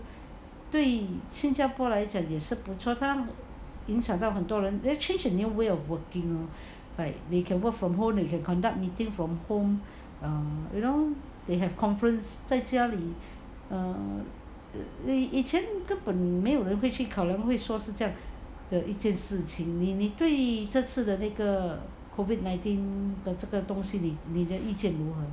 对新加坡来讲也是不错他影响到很多人 then change a new way of working lor like they can work from home they can conduct meetings from home um you know they have conference 在家里 err 以前根本没有人会去考量会说是这样的一件事情你对这次的那个 COVID nineteen 的这个东西你的意见如何